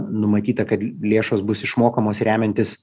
numatyta kad lėšos bus išmokamos remiantis